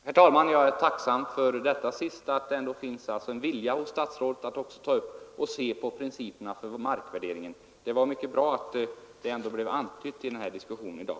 Herr talman! Jag är tacksam för detta sista. Det finns tydligen en vilja hos statsrådet att ta upp också principerna för markvärderingen. Det är mycket bra att det ändå blev antytt i diskussionen i dag.